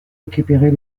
récupérées